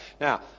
Now